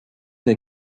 n’a